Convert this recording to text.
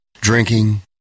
Drinking